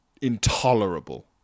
intolerable